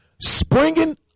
springing